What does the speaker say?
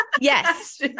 Yes